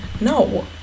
No